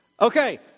Okay